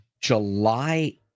July